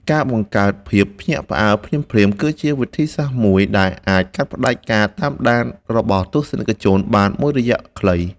ការបង្កើតភាពភ្ញាក់ផ្អើលភ្លាមៗគឺជាវិធីសាស្ត្រមួយដែលអាចកាត់ផ្តាច់ការតាមដានរបស់ទស្សនិកជនបានមួយរយៈខ្លី។